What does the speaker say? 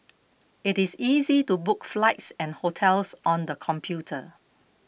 it is easy to book flights and hotels on the computer